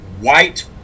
white